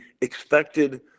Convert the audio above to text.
expected